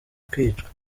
kwicwa